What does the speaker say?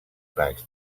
bags